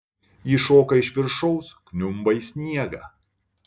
ji šoka iš viršaus kniumba į sniegą